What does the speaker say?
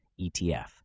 ETF